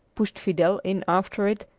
pushed fidel in after it,